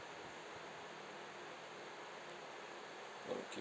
okay